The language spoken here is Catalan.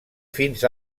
fins